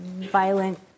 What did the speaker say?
violent